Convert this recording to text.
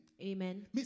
Amen